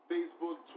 Facebook